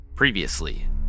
Previously